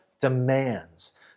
demands